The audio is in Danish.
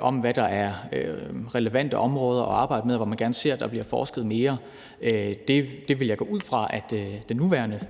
om, hvad der er relevante områder at arbejde med, og hvor man gerne ser at der bliver forsket mere, vil jeg gå ud fra at den nuværende